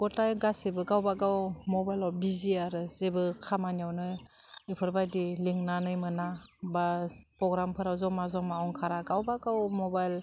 गथाय गासिबो गावबा गाव मबाइलाव बिजि आरो जेबो खामानियावनो बेफोरबायदि लिंनानै मोना बा प्रग्रामफोरा जमा जमा अंखारा गावबा गाव मबाइल